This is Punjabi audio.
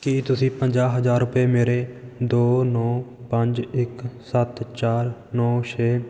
ਕੀ ਤੁਸੀਂਂ ਪੰਜਾਹ ਹਜ਼ਾਰ ਰੁਪਏ ਮੇਰੇ ਦੋ ਨੌ ਪੰਜ ਇੱਕ ਸੱਤ ਚਾਰ ਨੌ ਛੇ